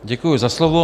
Děkuji za slovo.